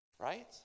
Right